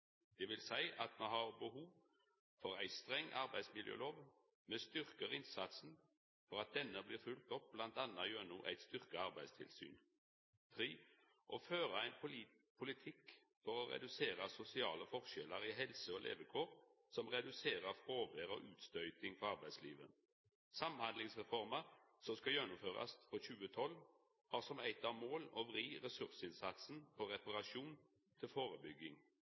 vil seia at me har behov for ei streng arbeidsmiljølov, og me styrkjer innsatsen for at ho blir følgd opp, bl.a. gjennom eit styrkt arbeidstilsyn. Me må føra ein politikk for å redusera sosiale forskjellar innan helse og levekår som reduserer fråvær og utstøyting frå arbeidslivet. Samhandlingsreforma som skal gjennomførast frå 2012, har som eit mål å vri ressursinnsatsen frå reparasjon til førebygging.